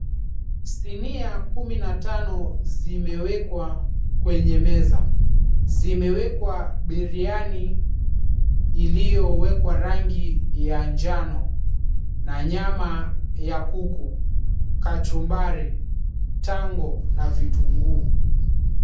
Sinia kumi na tano zimewekwa kwenye meza. Zimewekwa biriani iliyowekwa rangi ya njano na nyama ya kuku, kachumbari, tango na vitunguu.